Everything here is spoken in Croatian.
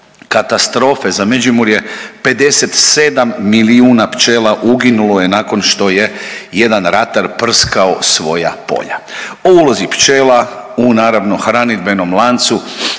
katastrofe za Međimurje. 57 milijuna pčela uginulo je nakon što je jedan ratar prskao svoja polja. O ulozi pčela u naravno hranidbenom lancu